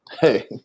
hey